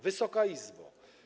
Wysoka Izbo!